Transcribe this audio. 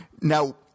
now